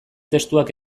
testuak